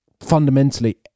fundamentally